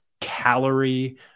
calorie